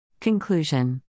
Conclusion